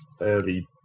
Early